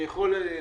אני יכול לדעת?